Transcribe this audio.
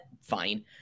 fine